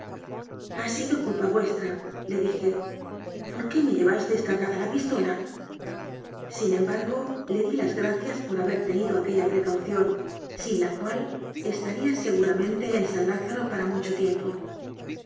ha sido culpa vuestrale dije por qué me llevasteis cargada la pistola sin embargo le di las gracias por haber tenido aque lla precaución sin la cual estaría seguramente en san lázaro para mucho tiempo